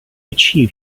achieve